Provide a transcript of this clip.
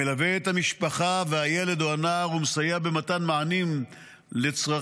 המלווה את המשפחה והילד או הנער ומסייע במתן מענים לצרכים,